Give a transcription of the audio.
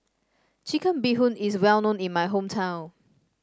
Chicken Bee Hoon is well known in my hometown